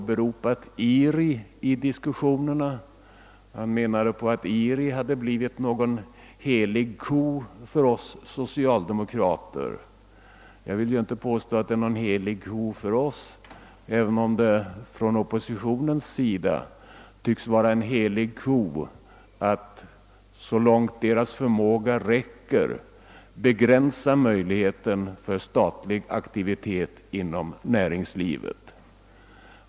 Herr Bohman menade att IRI hade blivit en helig ko för oss socialdemokrater. Det vill jag inte hålla med om, men jag vill påstå att det för oppositionen tycks vara en helig ko att man så långt förmågan räcker måste försöka begränsa möjligheterna till statlig aktivitet inom näringslivet.